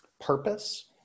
purpose